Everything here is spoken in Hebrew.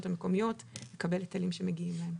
המקומיות לקבל היטלים שמגיעים להם.